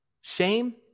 shame